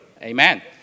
Amen